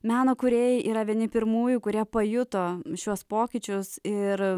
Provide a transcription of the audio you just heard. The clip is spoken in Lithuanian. meno kūrėjai yra vieni pirmųjų kurie pajuto šiuos pokyčius ir